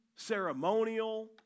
ceremonial